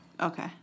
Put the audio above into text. Okay